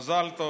מזל טוב,